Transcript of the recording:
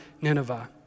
Nineveh